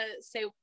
say